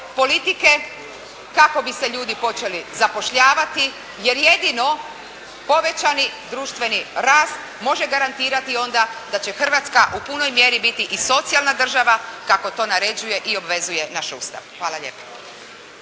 politike kako bi se ljudi počeli zapošljavati jer jedino povećani društveni rast može garantirati onda da će Hrvatska u punoj mjeri biti i socijalna država kako to naređuje i obvezuje naš Ustav. Hvala lijepo.